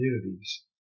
communities